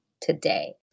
today